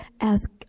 ask